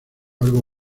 algo